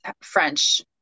French